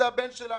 זה הבן שלנו.